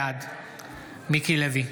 בעד מיקי לוי,